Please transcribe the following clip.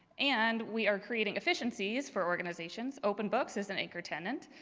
and we are creating efficiencies for organizations, open books, as an acre tenant.